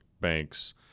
banks